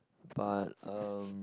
but um